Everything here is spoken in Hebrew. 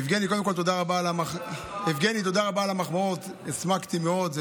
יבגני, קודם כול, תודה על המחמאות, הסמקתי מאוד.